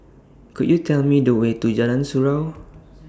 Could YOU Tell Me The Way to Jalan Surau